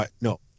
No